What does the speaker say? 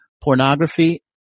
pornography